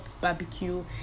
barbecue